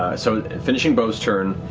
so finishing beau's turn,